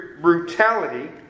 brutality